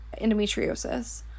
endometriosis